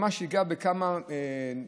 אני ממש אגע בכמה מקומות,